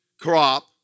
crop